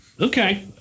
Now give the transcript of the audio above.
Okay